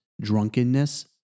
drunkenness